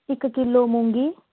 इक्क किलो मूंगी